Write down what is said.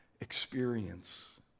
experience